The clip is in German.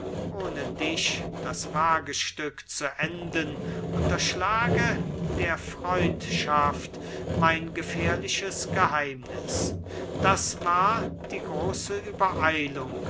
ohne dich das wagestück zu enden unterschlage der freundschaft mein gefährliches geheimnis das war die große übereilung